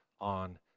on